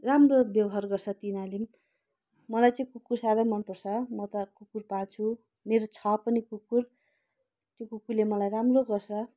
राम्रो व्यवहार गर्छ तिनीहरूले पनि मलाई चाहिँ कुकुर साह्रै मन पर्छ म त कुकुर पाल्छु मेरो छ पनि कुकुर त्यो कुकुरले मलाई राम्रो गर्छ